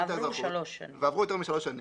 קיבל את האזרחות ועברו יותר משלוש שנים,